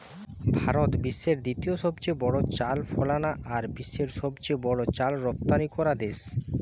ভারত বিশ্বের দ্বিতীয় সবচেয়ে বড় চাল ফলানা আর বিশ্বের সবচেয়ে বড় চাল রপ্তানিকরা দেশ